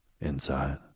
Inside